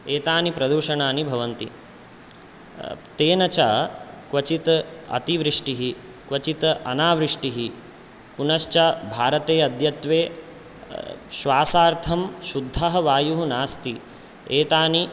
एतानि प्रदूषणानि भवन्ति तेन च क्वचित् अतिवृष्टिः क्वचित् अनावृष्टिः पुनश्च भारते अद्यत्वे श्वासार्थं शुद्धः वायुः नास्ति एतानि